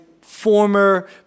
former